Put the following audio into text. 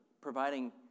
providing